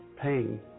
pain